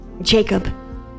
Jacob